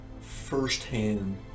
firsthand